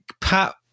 Pat